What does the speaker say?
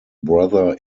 brother